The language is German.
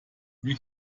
wie